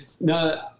no